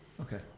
okay